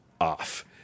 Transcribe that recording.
off